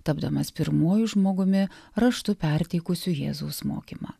tapdamas pirmuoju žmogumi raštu perteikusiu jėzaus mokymą